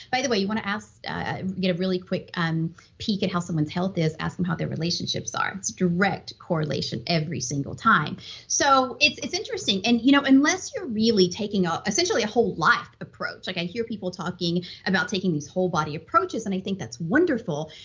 by the way, you want to ah get a really quick um peek at and how someone's health is, ask them how their relationships are. it's direct correlation every single time so it's it's interesting, and you know unless you're really taking ah essentially a whole life approach, like i hear people talking about taking these whole body approaches, and i think that's wonderful.